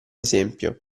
esempio